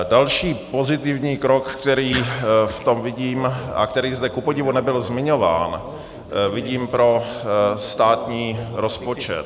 Další pozitivní krok, který v tom vidím a který zde kupodivu nebyl zmiňován, vidím pro státní rozpočet.